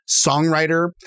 songwriter